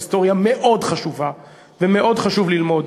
ההיסטוריה מאוד חשובה, ומאוד חשוב ללמוד.